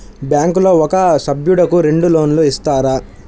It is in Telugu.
బ్యాంకులో ఒక సభ్యుడకు రెండు లోన్లు ఇస్తారా?